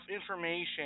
information